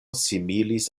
similis